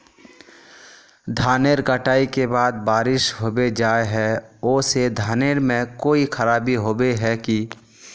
धानेर कटाई के बाद बारिश होबे जाए है ओ से धानेर में कोई खराबी होबे है की?